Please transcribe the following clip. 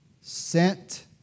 sent